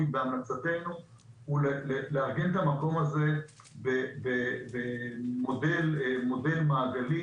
בהמלצתנו היא לארגן את המקום הזה במודל מעגלי,